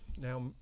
Now